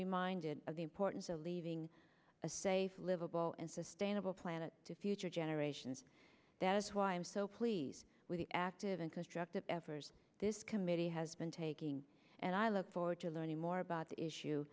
reminded of the importance of leaving a safe livable and sustainable planet to future generations that is why i am so pleased with the active and constructive evers this committee has been taking and i look forward to learning more about the issue